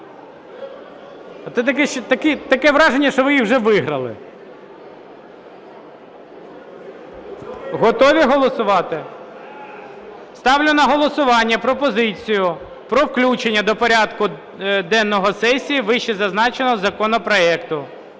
таке враження, що ви їх вже виграли. Готові голосувати? Ставлю на голосування пропозицію про включення до порядку денного сесії вищезазначеного законопроекту.